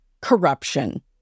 Corruption